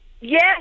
yes